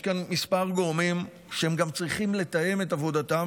יש כאן מספר גורמים שגם צריכים לתאם את עבודתם